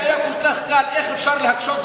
זה נורא.